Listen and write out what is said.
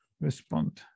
respond